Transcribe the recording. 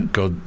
God